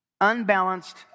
unbalanced